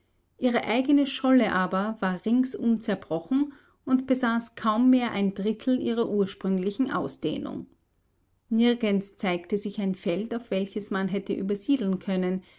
ihre eigene scholle aber war ringsum zerbrochen und besaß kaum mehr ein drittel ihrer ursprünglichen ausdehnung nirgends zeigte sich ein feld auf welches man hätte übersiedeln können